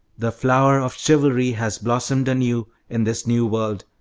the flower of chivalry has blossomed anew in this new world,